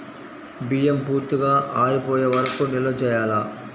బియ్యం పూర్తిగా ఆరిపోయే వరకు నిల్వ చేయాలా?